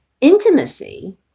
intimacy